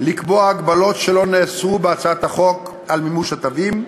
לקבוע הגבלות שלא נאסרו בהצעת החוק על מימוש התווים,